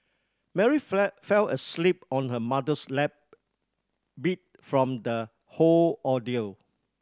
Mary fled fell asleep on her mother's lap beat from the whole ordeal